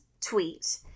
tweet